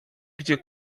gdzie